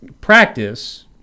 practice